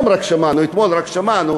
רק אתמול שמענו